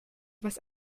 was